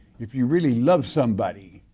if you really love somebody,